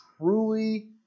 truly